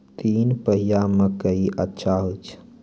तीन पछिया मकई अच्छा होय छै?